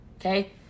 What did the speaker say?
okay